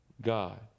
God